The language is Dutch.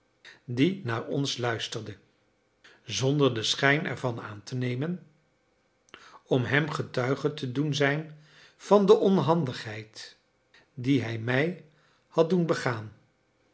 die naar ons luisterde zonder den schijn ervan aan te nemen om hem getuige te doen zijn van de onhandigheid die hij mij had doen begaan